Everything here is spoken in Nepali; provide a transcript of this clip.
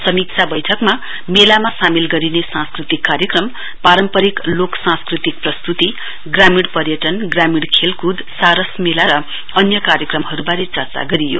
समीक्षा बैठकमा मेलामा सामेल गरिने सांस्कृतिक कार्यक्रम पारम्परिक लोक सांस्कृतिक प्रस्तुती ग्रामीण पर्यटन ग्रामीण खेलकुद सारस मेला र अन्य कार्यक्रमहरूबारे चर्चा गरियो